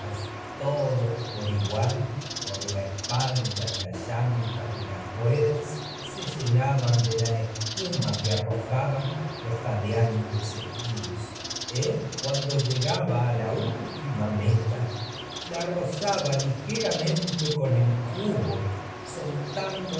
todos se igual pol espalda y las llantas de las ruedas llenaban de la espuma que arrojaban los jadeantes equinos él cuando con llegaba a la iiltima meta la rozaba ligeramente las riendas al caballo de la el cubo soltando